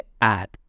add